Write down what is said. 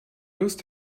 lust